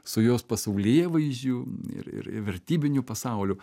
su jos pasaulėvaizdžiu ir ir vertybiniu pasauliu